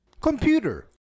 Computer